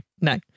No